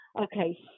Okay